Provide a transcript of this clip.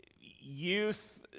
Youth